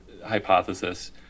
hypothesis